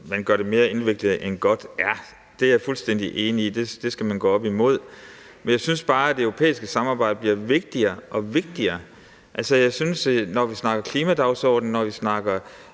man gør det mere indviklet end godt er. Det er jeg fuldstændig enig i at man skal gå op imod. Men jeg synes bare, at det europæiske samarbejde bliver vigtigere og vigtigere. Det syntes jeg, når vi snakker klimadagsorden, når vi snakker